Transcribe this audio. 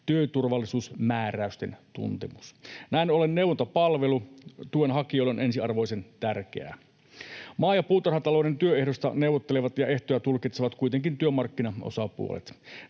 työturvallisuusmääräysten tuntemus. Näin ollen neuvontapalvelu tuenhakijoille on ensiarvoisen tärkeää. Maa‑ ja puutarhatalouden työehdoista neuvottelevat ja ehtoja tulkitsevat kuitenkin työmarkkinaosapuolet.